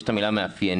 יש את המילה "מאפיינים"